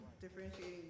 Differentiating